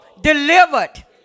delivered